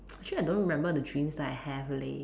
actually I don't remember the dreams that I have leh